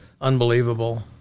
unbelievable